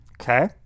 Okay